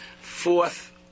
fourth